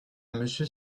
monsieur